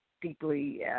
deeply